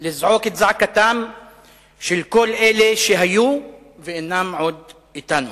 לזעוק את זעקתם של כל אלה שהיו ואינם עוד אתנו,